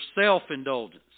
self-indulgence